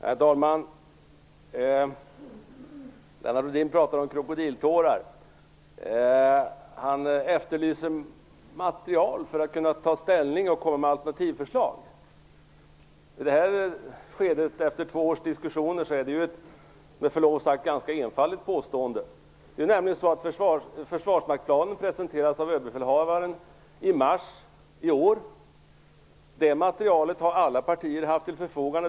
Herr talman! Lennart Rohdin talar om krokodiltårar. Han efterlyser material för att kunna ta ställning och komma med alternativa förslag. Det är i detta skede, efter två års diskussioner, med förlov sagt ett ganska enfaldigt påstående. Försvarsmaktsplanen presenterades av Överbefälhavaren i mars i år. Det materialet har alla partier haft till förfogande.